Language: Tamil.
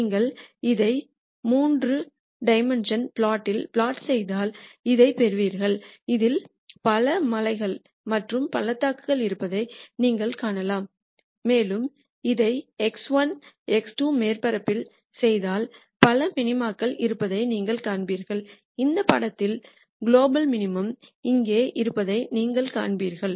நீங்கள் இதை மூன்று d பிளாட்டில் பிளாட் செய்தால் இதைப் பெறுவீர்கள் இதில் பல மலைகள் மற்றும் பள்ளத்தாக்குகள் இருப்பதை நீங்கள் காணலாம் மேலும் இதை x1 x2 மேற்பரப்பில் செய்தால் பல மினிமாக்கள் இருப்பதை நீங்கள் காண்பீர்கள் இந்த படத்தில் குலோபல் மினிமம் இங்கே இருப்பதை நீங்கள் காண்பீர்கள்